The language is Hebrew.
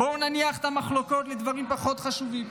בואו נניח את המחלוקות לדברים פחות חשובים.